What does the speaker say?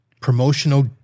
promotional